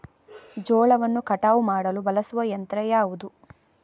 ಜೋಳವನ್ನು ಕಟಾವು ಮಾಡಲು ಬಳಸುವ ಯಂತ್ರ ಯಾವುದು?